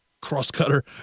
cross-cutter